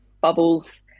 bubbles